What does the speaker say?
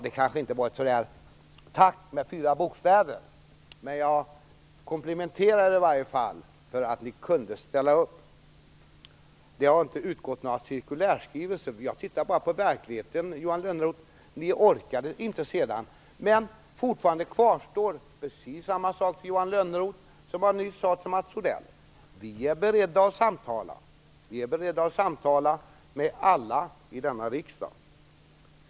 Det kanske inte var ett tack med fyra bokstäver, men jag gav er i alla fall en komplimang för att ni ställde upp. Det har inte utgått några cirkulärskrivelser. Jag tittar bara på verkligheten, Johan Lönnroth. Ni orkade inte. Men fortfarande kvarstår för Johan Lönnroth precis samma erbjudande som jag tidigare gav till Mats Odell: Vi är beredda att samtala, och vi är beredda att samtala med alla i denna riksdag.